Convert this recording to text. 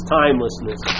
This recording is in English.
timelessness